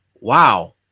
Wow